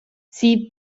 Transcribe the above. sie